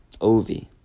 Ovi